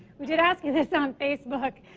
we've been asking this on facebook.